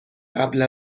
قبل